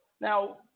Now